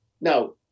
Now